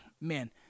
man